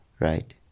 right